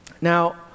Now